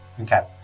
Okay